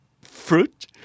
fruit